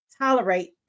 tolerate